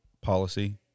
policy